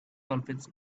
dolphins